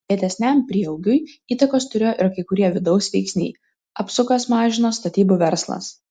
lėtesniam prieaugiui įtakos turėjo ir kai kurie vidaus veiksniai apsukas mažino statybų verslas